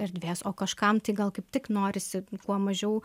erdvės o kažkam tai gal kaip tik norisi kuo mažiau